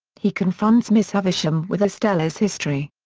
he confronts miss havisham with estella's history.